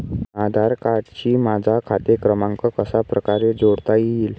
आधार कार्डशी माझा खाते क्रमांक कशाप्रकारे जोडता येईल?